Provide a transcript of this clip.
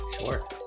Sure